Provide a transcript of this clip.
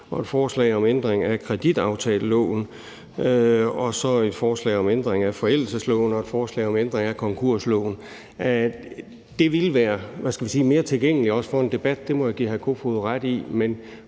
et forslag om ændring af kreditaftaleloven, et forslag om ændring af forældelsesloven og et forslag om ændring af konkursloven. Det ville være, hvad skal man sige, mere tilgængeligt, også i forhold til en debat; det må jeg give hr. Peter Kofod ret i.